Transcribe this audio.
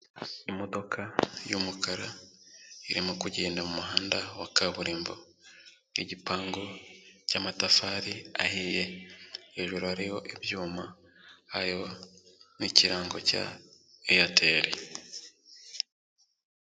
Imodoka y'umukara irimo kugenda mu muhanda wa kaburimbo, igipangu cy'amatafari ahiye, hejuru hariho ibyuma hariho n'ikirango cya Airtel.